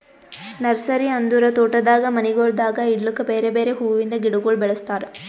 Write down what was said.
nursery ಅಂದುರ್ ತೋಟದಾಗ್ ಮನಿಗೊಳ್ದಾಗ್ ಇಡ್ಲುಕ್ ಬೇರೆ ಬೇರೆ ಹುವಿಂದ್ ಗಿಡಗೊಳ್ ಬೆಳುಸ್ತಾರ್